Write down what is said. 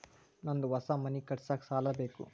ನಂದು ಹೊಸ ಮನಿ ಕಟ್ಸಾಕ್ ಸಾಲ ಬೇಕು